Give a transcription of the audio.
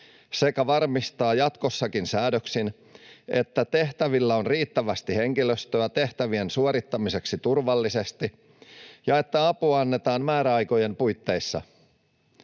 sekä varmistaa jatkossakin säädöksin, että henkilöstöä on riittävästi tehtävien suorittamiseksi turvallisesti ja että apua annetaan määräaikojen puitteissa?